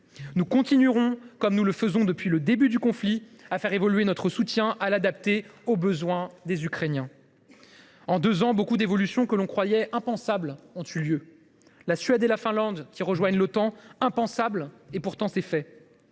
Nous continuerons, comme nous le faisons depuis le début du conflit, à faire évoluer notre soutien pour l’adapter aux besoins des Ukrainiens. En deux ans, de nombreuses évolutions que l’on croyait impensables ont eu lieu. La Suède et la Finlande qui rejoignent l’Otan ? Impensable ! Pourtant, c’est fait.